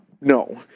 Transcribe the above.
no